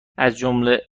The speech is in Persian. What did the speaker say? ازجمله